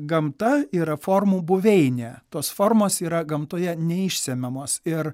gamta yra formų buveinė tos formos yra gamtoje neišsemiamos ir